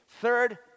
Third